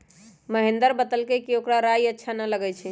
महेंदर बतलकई कि ओकरा राइ अच्छा न लगई छई